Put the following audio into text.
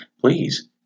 please